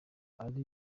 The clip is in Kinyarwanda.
ari